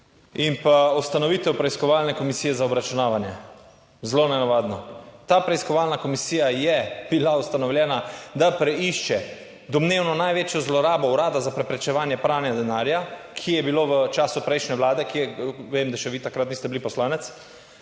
in pa ustanovitev preiskovalne komisije za obračunavanje, zelo nenavadno. Ta preiskovalna komisija je bila ustanovljena, da preišče domnevno največjo zlorabo Urada za preprečevanje pranja denarja, ki je bilo v času prejšnje vlade, ki je, vem, da še vi takrat niste bili poslanec